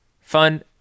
Fun